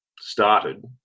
started